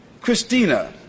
Christina